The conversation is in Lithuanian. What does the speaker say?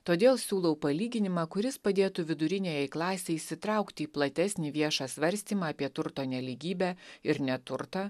todėl siūlau palyginimą kuris padėtų viduriniajai klasei įsitraukti į platesnį viešą svarstymą apie turto nelygybę ir neturtą